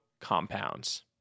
compounds